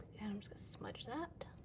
and i'm just gonna smudge that.